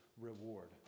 reward